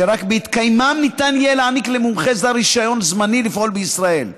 שרק בהתקיימם ניתן יהיה להעניק למומחה זר רישיון זמני לפעול בישראל.